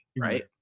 right